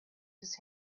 his